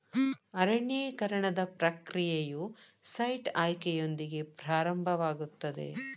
ಅರಣ್ಯೇಕರಣದ ಪ್ರಕ್ರಿಯೆಯು ಸೈಟ್ ಆಯ್ಕೆಯೊಂದಿಗೆ ಪ್ರಾರಂಭವಾಗುತ್ತದೆ